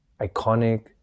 iconic